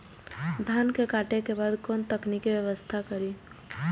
धान के काटे के बाद कोन तकनीकी व्यवस्था करी?